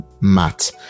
Matt